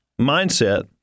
mindset